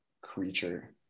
creature